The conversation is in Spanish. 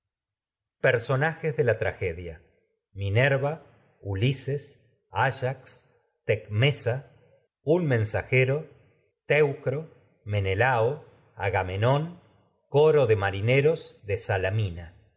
personajes de la tragedia minerva teucro ulises menelao áyax tecmesa agamemnón coro de marineros de salaun